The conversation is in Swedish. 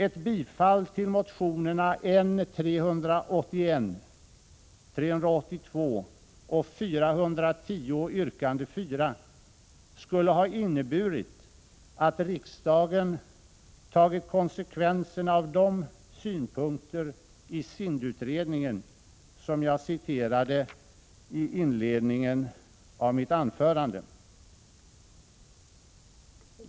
Ett bifall till motionerna 1986 87:N382 och 1986/ 87:N410, yrkande 4, skulle ha inneburit att riksdagen tagit konsekvenserna av de synpunkter i SIND-utredningen som jag citerade i inledningen av mitt anförande.